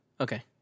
Okay